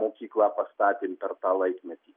mokyklą pastatėm per tą laikmetį